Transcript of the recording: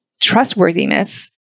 trustworthiness